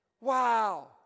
Wow